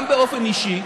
גם באופן אישי,